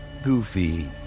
Goofy